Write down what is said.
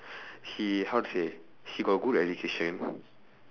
she how to say she got good at decision